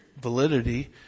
validity